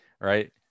right